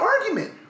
argument